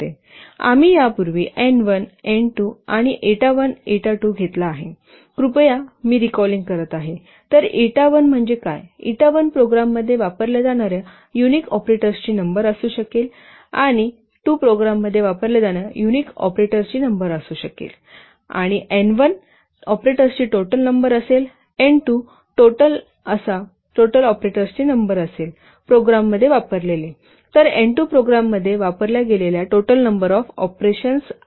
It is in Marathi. आम्ही यापूर्वी एन 1 एन 2 आणि एटा 1 आणि 2 घेतला आहे कृपया मी रिकॅलिन्ग करत आहे तर एटा 1 म्हणजे काय इटा 1 प्रोग्राममध्ये वापरल्या जाणार्या युनिक ऑपरेटरची नंबर असू शकेल आणि 2 प्रोग्राममध्ये वापरल्या जाणार्या युनिक ऑपरेटरची नंबर असू शकेल आणि एन 1 ऑपरेटर्सची टोटल नंबर असेलएन 2 टोटलएन असा टोटल1 ऑपरेटर्सची नंबर असेल प्रोग्राममध्ये वापरलेले तर एन 2 प्रोग्राममध्ये वापरल्या गेलेल्या टोटल नंबर ऑफ ऑपरेशन्सची आहे